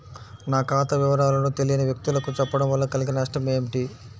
నా ఖాతా వివరాలను తెలియని వ్యక్తులకు చెప్పడం వల్ల కలిగే నష్టమేంటి?